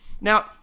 Now